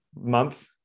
month